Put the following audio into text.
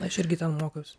aš irgi ten mokiaus